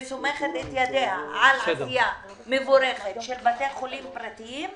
וסומכת את ידיה על עשייה מבורכת של בתי חולים פרטיים,